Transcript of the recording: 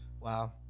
Wow